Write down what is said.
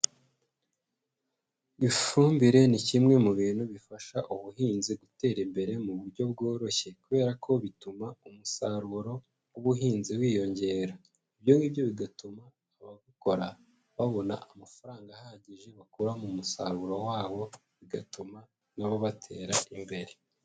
Ifumbire ni kimwe mu bintu bifasha ubuhinzi gutera imbere mu buryo bworoshye kubera ko bituma umusaruro w'ubuhinzi wiyongera, ibyo ngibyo bigatuma ababukora babona amafaranga ahagije bakura mu musaruro wabo, bigatuma na bo batera imbere.